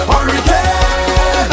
Hurricane